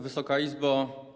Wysoka Izbo!